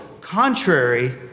contrary